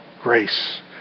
grace